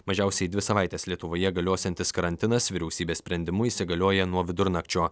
mažiausiai dvi savaites lietuvoje galiosiantis karantinas vyriausybės sprendimu įsigalioja nuo vidurnakčio